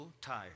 tired